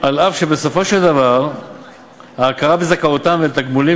אף שבסופו של דבר ההכרה בזכאותם לתגמולים